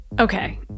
Okay